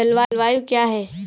जलवायु क्या है?